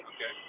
Okay